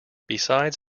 besides